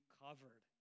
covered